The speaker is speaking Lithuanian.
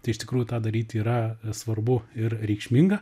tai iš tikrųjų tą daryt yra svarbu ir reikšminga